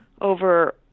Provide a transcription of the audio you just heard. over